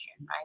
right